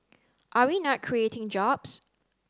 are we not creating jobs